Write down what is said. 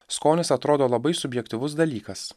skonis atrodo labai subjektyvus dalykas